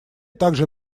также